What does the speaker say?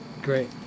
Great